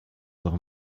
doch